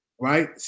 right